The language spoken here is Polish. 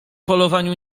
polowaniu